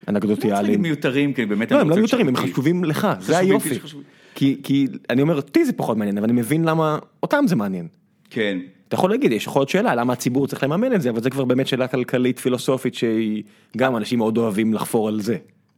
אנקדוטיאלים, לא צריך לומר מיותרים, באמת. לא, הם לא מיותרים - הם חשובים לך, זה היופי, כי כי אני אומר אותי זה פחות מעניין אבל אני מבין למה אותם זה מעניין. כן אתה יכול להגיד יש לך עוד שאלה למה ציבור צריך לממן את זה אבל זה כבר באמת שאלה כלכלית פילוסופית שהיא גם אנשים מאוד אוהבים לחפור על זה.